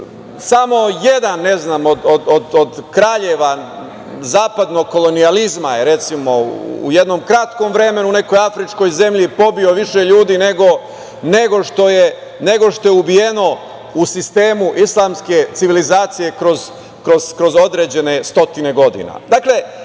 samo jedan od kraljeva zapadnog kolonijalizma je u jednom kratkom vremenu u nekoj afričkoj zemlji pobio više ljudi nego što ubijeno u sistemu islamske civilizacije kroz određene stotine godina. Ne